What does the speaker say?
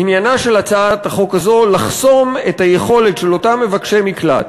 עניינה של הצעת החוק הזאת לחסום את היכולת של אותם מבקשי מקלט,